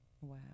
Wow